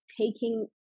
taking